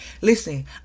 listen